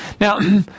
Now